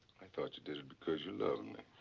i thought you did it because you loved and